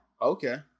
Okay